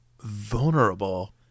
vulnerable